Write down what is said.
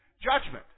Judgment